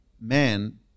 man